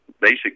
basic